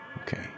Okay